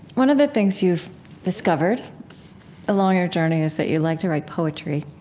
one of the things you've discovered along your journey is that you like to write poetry.